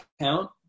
account